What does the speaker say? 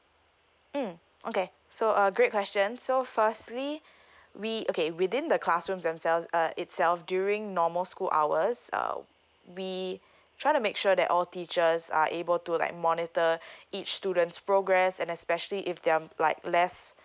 mm okay so uh great question so firstly we okay within the classroom themselves uh itself during normal school hours uh we try to make sure that all teachers are able to like monitor each student's progress and especially if they're um like less